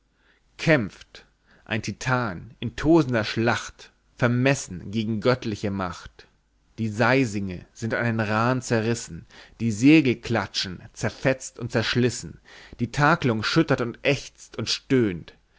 kämpft ein titan in tosender schlacht vermessen gegen göttliche macht die seisinge sind an den raaen zerrissen die segel klatschen zerfetzt und zerschlissen die takelung schüttert und ächzt und stöhnt